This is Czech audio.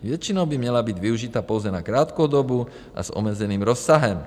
Většinou by měla být využita pouze na krátkou dobu a s omezeným rozsahem.